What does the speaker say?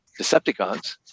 Decepticons